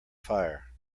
fire